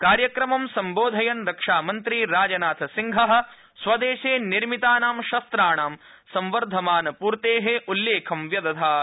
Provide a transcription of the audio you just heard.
कार्यक्रमं सम्बोधयन् रक्षामन्त्री राजनाथ सिंह स्वदेशे निर्मितानां शस्त्राणां संवर्धमान आपूर्ते उल्लेखं व्यदधात्